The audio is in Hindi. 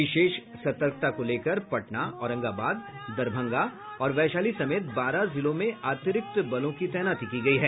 विशेष सतर्कता को लेकर पटना औरंगाबाद दरभंगा और वैशाली समेत बारह जिलों में अतिरिक्त बलों की तैनाती की गयी है